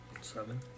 seven